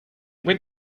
went